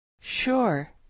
Sure